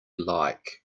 like